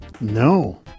No